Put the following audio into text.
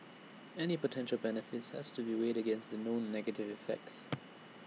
any potential benefits has to be weighed against the known negative effects